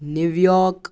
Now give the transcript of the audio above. نیو York